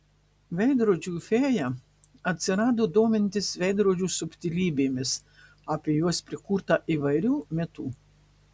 veidrodžių fėja atsirado domintis veidrodžių subtilybėmis apie juos prikurta įvairių mitų